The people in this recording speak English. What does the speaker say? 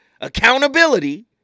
accountability